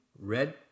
red